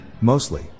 mostly